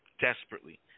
desperately